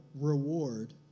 reward